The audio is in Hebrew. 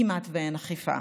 כמעט אין אכיפה.